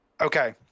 Okay